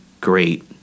great